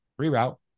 reroute